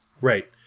right